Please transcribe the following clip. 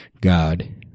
God